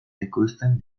ekoizten